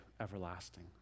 everlasting